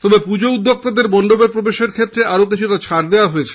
তবে পুজো উদ্যোক্তাদের মন্ডপের প্রবেশের ক্ষেত্রে আরও কিছু ছাড় দেওয়া হয়েছে